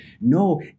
no